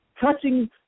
touching